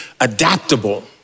adaptable